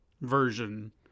version